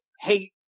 hate